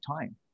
time